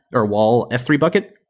or wall s three bucket.